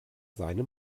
seine